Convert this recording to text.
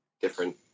different